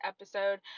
episode